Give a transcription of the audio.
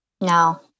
No